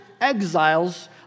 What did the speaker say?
exiles